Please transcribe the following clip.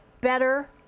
better